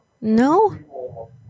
No